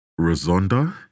Rosonda